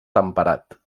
temperat